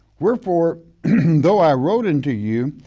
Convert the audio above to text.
wherefore though i wrote unto you,